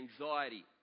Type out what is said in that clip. anxiety